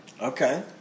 Okay